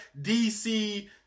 DC